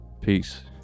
Peace